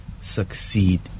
succeed